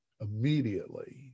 immediately